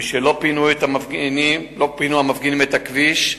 משלא פינו המפגינים את הכביש,